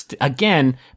again